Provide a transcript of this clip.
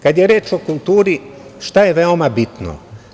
Kad je reč o kulturi, šta je veoma bitno?